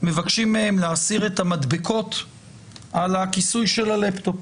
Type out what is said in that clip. מבקשים מהם להסיר את המדבקות על כיסוי הלפטופ,